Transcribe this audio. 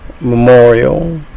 memorial